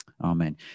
Amen